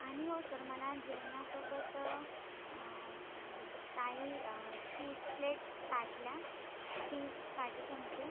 आणि हो सर मला जेवणासोबत काही तीस प्लेट ताटल्या तीस काटे चमचे